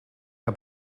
que